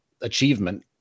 achievement